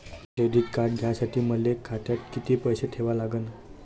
Credit card घ्यासाठी मले खात्यात किती पैसे ठेवा लागन?